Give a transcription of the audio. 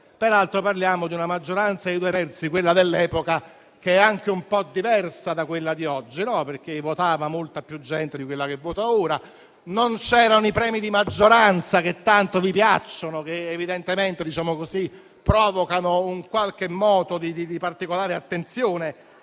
Peraltro, parliamo di una maggioranza dei due terzi, quella dell'epoca, che è anche un po' diversa da quella di oggi, perché votava molta più gente di quella che vota ora. Non c'erano i premi di maggioranza, che tanto vi piacciono e che evidentemente provocano un moto di particolare attenzione